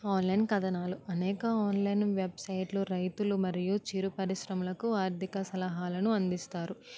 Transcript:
online కథనాలు అనేక online వెబ్సైట్లు రైతులు మరియు చిరు పరిశ్రమకులకు ఆర్థిక సలహాలును అందిస్తారు